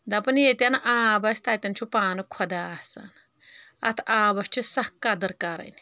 دپان ییٚتٮ۪ن آب آسہِ تتٮ۪ن چھُ پانہٕ خۄدا آسان اتھ آبس چھِ سکھ قدٕر کرٕنۍ